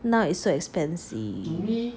now it's so expensive